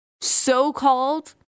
so-called